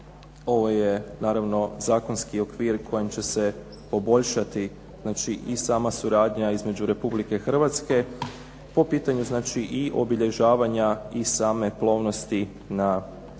ovo je naravno zakonski okvir kojim će se poboljšati i sama suradnja između Republike Hrvatske po pitanju obilježavanja i same plovnosti na navedenim,